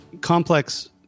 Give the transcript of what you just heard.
complex